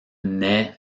naît